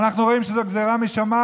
אנחנו רואים שזו גזרה משמיים.